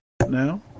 now